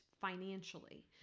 financially